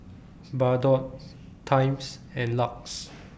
Bardot Times and LUX